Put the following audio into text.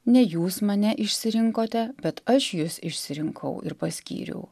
ne jūs mane išsirinkote bet aš jus išsirinkau ir paskyriau